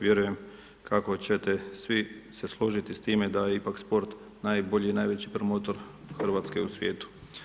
Vjerujem kako ćete svi se složiti s time da je ipak sport najbolji i najveći promotor Hrvatske u svijetu.